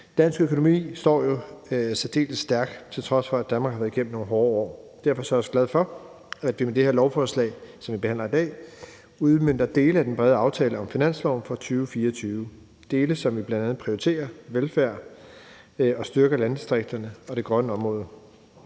Dansk økonomi står særdeles stærkt, til trods for at Danmark har været gennem nogle hårde år. Derfor er jeg også glad for, at vi med det her lovforslag, som vi behandler i dag, udmønter dele af den brede aftale om finansloven for 2024 – dele, hvor vi bl.a. prioriterer velfærd og styrker landdistrikterne og det grønne område.